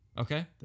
Okay